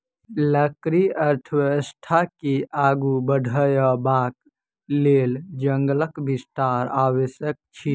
लकड़ी अर्थव्यवस्था के आगू बढ़यबाक लेल जंगलक विस्तार आवश्यक अछि